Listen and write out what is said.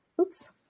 Oops